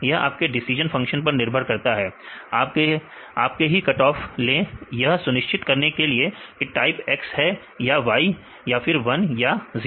यह आपके decision function पर निर्भर करता है आपको ही कटऑफ ले यह सुनिश्चित करने के लिए की टाइप X है या Y या फिर 1 या 0